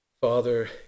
Father